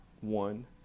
one